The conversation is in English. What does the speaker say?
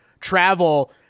travel